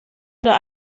oder